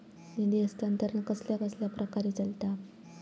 निधी हस्तांतरण कसल्या कसल्या प्रकारे चलता?